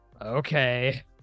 Okay